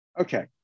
Okay